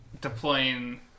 deploying